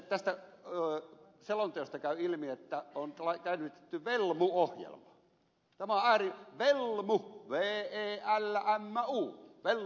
tästä selonteosta käy ilmi että on käytetty velmu ohjelmaa velmu vee ee ällä ämmä uu velmu ohjelma